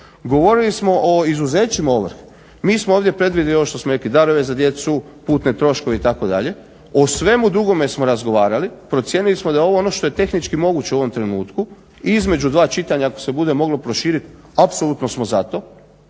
Govorili smo o izuzećima ovrhe, mi smo ovdje predvidjeli ovo što smo rekli darove za djecu, putne troškove itd., o svemu drugome smo razgovarali, procijenili smo da je ovo ono što je tehnički moguće u ovom trenutku i između dva čitanja ako se bude moglo proširiti apsolutno smo za to